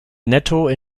netto